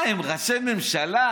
מה הם, ראשי ממשלה?